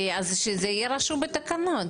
אז שזה יהיה רשום בתקנות.